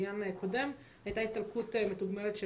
בעניין קודם הייתה הסתלקות מתוגמלת של